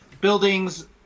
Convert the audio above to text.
buildings